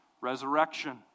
resurrection